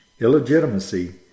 illegitimacy